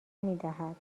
میدهد